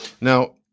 Now